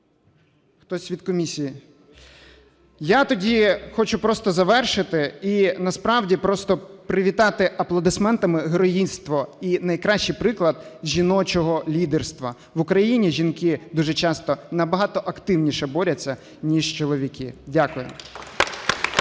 хтось від комісії. Я тоді хочу просто завершити і насправді просто привітати аплодисментами героїзм і найкращий приклад жіночого лідерства. В Україні жінки дуже часто набагато активніше борються, ніж чоловіки. Дякую.